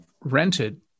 rented